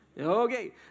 Okay